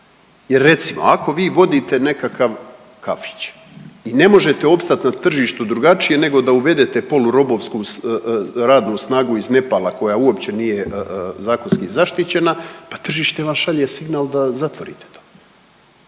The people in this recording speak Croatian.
jer recimo, ako vi vodite nekakav kafić i ne možete opstati na tržištu drugačije nego da uvedete polurobovsku radnu snagu iz Nepala koja uopće nije zakonski zaštićena, pa tržište vam šalje signal da zatvorite to.